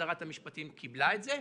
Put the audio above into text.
ושרת המשפטים קיבלה את זה.